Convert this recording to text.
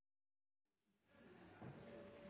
president.